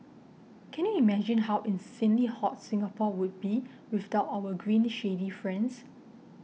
can you imagine how insanely hot Singapore would be without our green shady friends